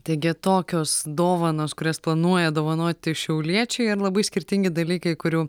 taigi tokios dovanos kurias planuoja dovanoti šiauliečiai ir labai skirtingi dalykai kurių